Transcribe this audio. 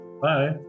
Bye